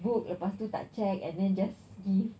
book lepas tu tak check and then just give